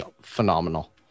phenomenal